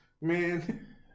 man